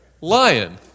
lion